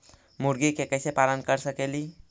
मुर्गि के कैसे पालन कर सकेली?